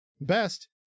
best